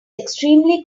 extremely